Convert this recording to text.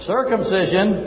Circumcision